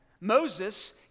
Moses